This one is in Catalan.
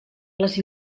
les